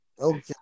Okay